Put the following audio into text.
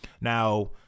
Now